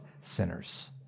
sinners